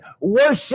Worship